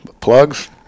Plugs